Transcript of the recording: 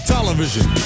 Television